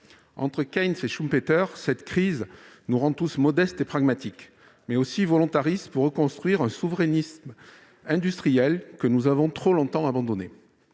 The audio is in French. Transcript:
Entre Keynes et Schumpeter, cette crise nous rend tous modestes et pragmatiques, mais aussi volontaristes pour reconstruire un souverainisme industriel que nous avons trop longtemps abandonné.